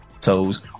toes